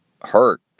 hurt